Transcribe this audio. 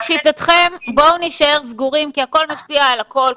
לשיטתכם בואו נישאר סגורים כי הכול משפיע על הכול,